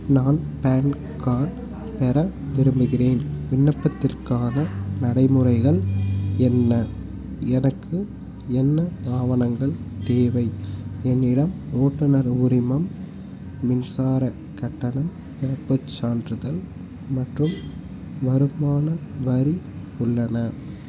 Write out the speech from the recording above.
நான் PAN card பெற விரும்புகிறேன் விண்ணப்பத்திற்கான நடைமுறைகள் என்ன எனக்கு என்ன ஆவணங்கள் தேவை என்னிடம் ஓட்டுநர் உரிமம் மின்சாரக் கட்டணம் பிறப்புச் சான்றிதழ் மற்றும் வருமான வரி உள்ளன